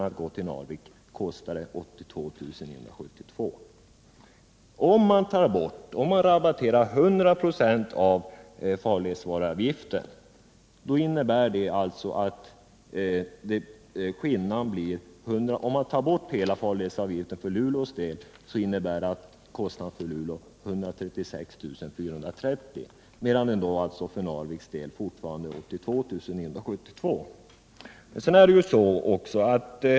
Att gå till Narvik kostar för den här båten 82972 kr. Om man tar bon hela farledsvaruavgiften för Luleås del, innebär det att kostnaden blir 136 430 kr., medan den alltså för Narviks del fortfarande är 82972 kr.